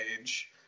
age